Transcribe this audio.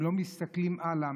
הם לא מסתכלים הלאה.